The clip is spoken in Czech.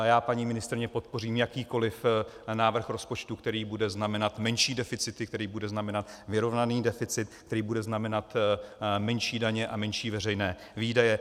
Já paní ministryni podpořím jakýkoli návrh rozpočtu, který bude znamenat menší deficity, který bude znamenat vyrovnaný deficit, který bude znamenat menší daně a menší veřejné výdaje.